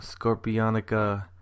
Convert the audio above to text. Scorpionica